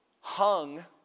...hung